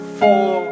four